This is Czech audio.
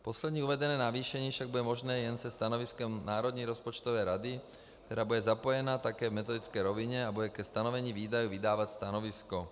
Poslední uvedené navýšení však bude možné jen se stanoviskem Národní rozpočtové rady, která bude zapojena také v metodické rovině a bude ke stanovení výdajů vydávat stanovisko.